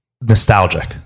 nostalgic